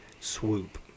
swoop